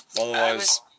otherwise